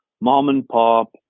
mom-and-pop